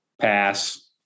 Pass